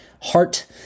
heart